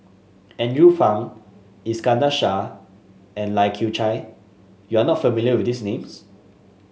Andrew Phang Iskandar Shah and Lai Kew Chai you are not familiar with these names